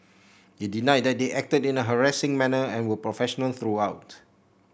it denied that they acted in a harassing manner and were professional throughout